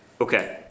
Okay